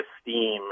esteem